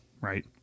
right